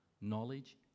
knowledge